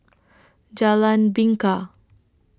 Jalan Bingka